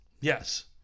Yes